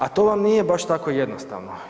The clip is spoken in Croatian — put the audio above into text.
A to vam nije baš tako jednostavno.